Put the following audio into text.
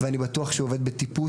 ואני בטוח שהוא עובד בטיפוס,